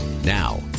Now